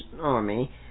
army